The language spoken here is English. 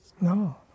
no